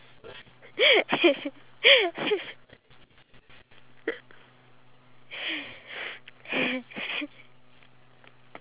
like they put like um something in the middle and then they get this like compressor where it just squishes the thing until it breaks